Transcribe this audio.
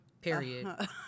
Period